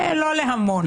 לא להמון.